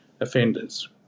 offenders